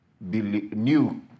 new